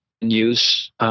use